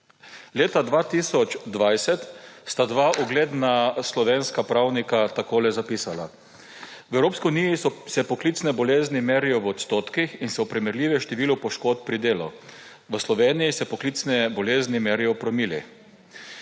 Leta 2020 sta dva ugledna slovenska pravnika takole zapisala: »V Evropski uniji se poklicne bolezni merijo v odstotkih in so primerljive številu poškodb pri delu. V Sloveniji se poklicne bolezni merijo v promilih.